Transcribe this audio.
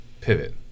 pivot